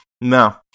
No